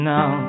Now